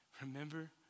Remember